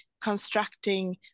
constructing